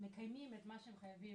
מקיימים את מה שהם חייבים,